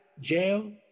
jail